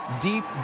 deep